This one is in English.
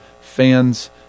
fans